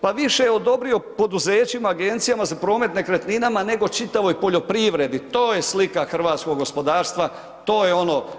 Pa više je odobrio poduzećima, agencijama za promet nekretninama nego čitavoj poljoprivredi, to je slika hrvatskog gospodarstva, to je ono.